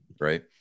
right